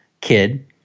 kid